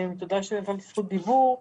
תודה שקיבלתי זכות דיבור.